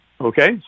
Okay